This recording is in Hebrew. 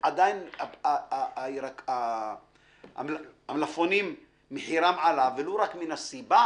עדיין מחיר המלפפונים עלה ולו רק מן הסיבה